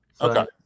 Okay